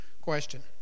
question